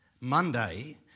Monday